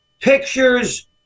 Pictures